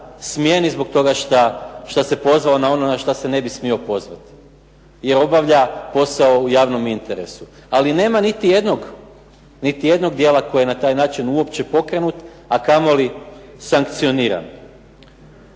smijeni zbog toga što se pozvao na ono na što se ne bi smio pozvati jer obavlja posao u javnom interesu, ali nema niti jednog djela koji je na taj način uopće pokrenut, a kamoli sankcioniran.